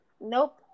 nope